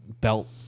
belt